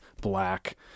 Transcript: black